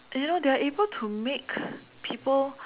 you know they are able to make people